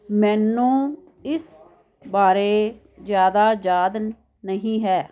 ਮੈਨੂੰ ਇਸ ਬਾਰੇ ਜ਼ਿਆਦਾ ਯਾਦ ਨਹੀਂ ਹੈ